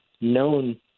known